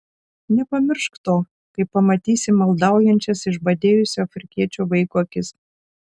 nepamiršk to kai pamatysi maldaujančias išbadėjusio afrikiečio vaiko akis